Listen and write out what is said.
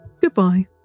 Goodbye